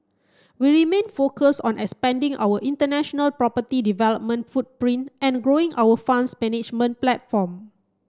we remain focused on expanding our international property development footprint and growing our funds management platform